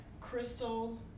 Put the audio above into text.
crystal